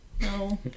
No